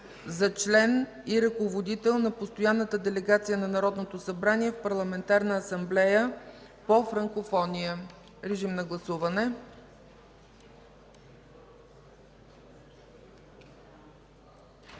за член и ръководител на Постоянната делегация на Народното събрание в Парламентарната асамблея по фронкофония.” Гласували